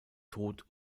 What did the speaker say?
tod